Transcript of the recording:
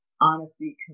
honesty